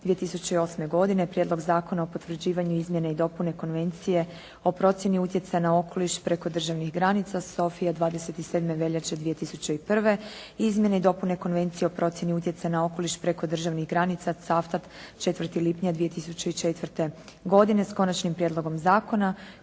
2008. Prijedlog Zakona o potvrđivanju izmjene i dopune Konvencije o procijeni utjecaja na okoliš preko državnih granica Sofija, 27. veljače 2001. izmjene i dopune Konvencije o procjeni utjecaja na okoliš preko državnih granica Cavtat, 4. lipnja 2004. godine s Konačnim prijedlogom Zakona